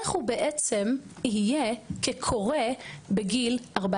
איך הוא בעצם יהיה כקורא בגיל 14,